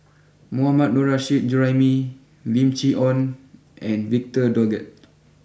Mohammad Nurrasyid Juraimi Lim Chee Onn and Victor Doggett